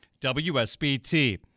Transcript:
WSBT